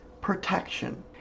protection